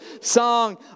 song